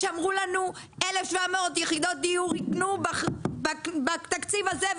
שאמרו לנו 1,700 יחידות דיור ייתנו בתקציב הזה,